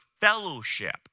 fellowship